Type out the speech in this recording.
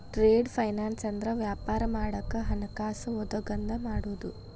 trade finance ಅಂದ್ರ ವ್ಯಾಪಾರ ಮಾಡಾಕ ಹಣಕಾಸ ಒದಗಂಗ ಮಾಡುದು